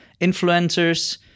influencers